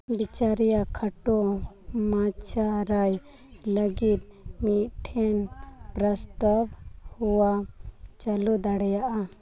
ᱵᱤᱪᱟᱹᱨᱤᱭᱟᱹ ᱠᱷᱟᱴᱚ ᱢᱟᱪᱷᱟ ᱨᱟᱭ ᱞᱟᱹᱜᱤᱫ ᱢᱤᱫᱴᱮᱱ ᱯᱨᱟᱥᱛᱟᱵ ᱦᱚᱭ ᱪᱟᱹᱞᱩ ᱫᱟᱲᱮᱭᱟᱜᱼᱟ